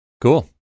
Cool